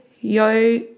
Yo